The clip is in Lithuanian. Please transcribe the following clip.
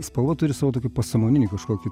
spalva turi savo tokį pasąmoninį kažkokį